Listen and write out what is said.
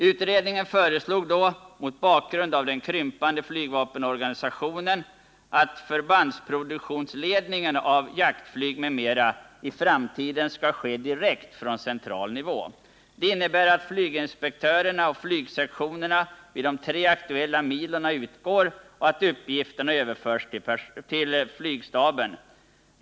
Utredningen föreslog därvid, mot bakgrund av den krympande flygvapenorganisationen, att förbandsproduktionsledningen av jaktflyg m.m. i framtiden skall ske direkt från central nivå. Det innebär att flyginspektörerna och flygsektionerna vid de tre aktuella milona utgår och att uppgifterna överförs till flygstaben.